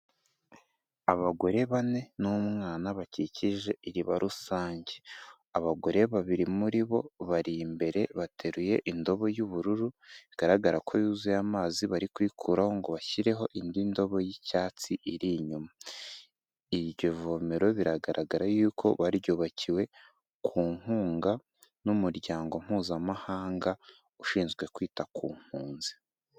Abagore bane n'umwana bakikije iriba rusange. Abagore babiri muri bo bari imbere bateruye indobo y'ubururu bigaragara ko yuzuye amazi barikuyikuraho ngo bashyireho indi ndobo y'icyatsi iri inyuma. Iryo vomero biragaragara yuko baryubakiwe ku nkunga n'umuryango mpuzamahanga ushinzwe kwita ku mpunzi.